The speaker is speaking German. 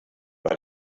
bei